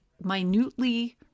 minutely